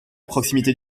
proximité